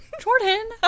Jordan